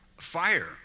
Fire